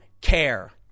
care